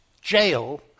jail